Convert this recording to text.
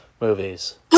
movies